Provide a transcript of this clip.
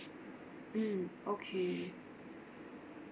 mm okay